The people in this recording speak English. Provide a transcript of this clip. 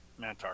Mantar